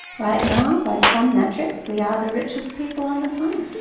right now, by some metrics, we are the richest people on the planet.